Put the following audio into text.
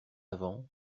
avant